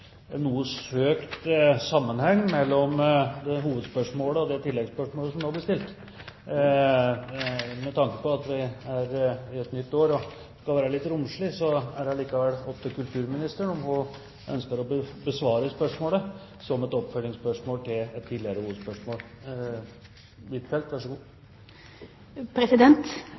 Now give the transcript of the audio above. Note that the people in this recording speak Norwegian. noe søkt sammenheng mellom hovedspørsmålet og det oppfølgingsspørsmålet som nå ble stilt. Med tanke på at vi er inne i et nytt år og skal være litt romslige, er det allikevel opp til kulturministeren om hun ønsker å besvare spørsmålet som et oppfølgingsspørsmål til hovedspørsmålet. Det er riktig som kunnskapsministeren sier, at temaet for leseåret er voksne som ikke leser så